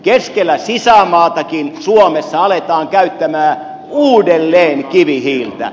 keskellä sisämaatakin suomessa aletaan käyttämään uudelleen kivihiiltä